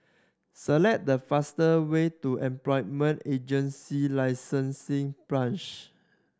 select the faster way to Employment Agency Licensing Branch